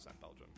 Belgium